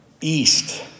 east